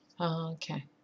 Okay